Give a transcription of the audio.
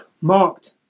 marked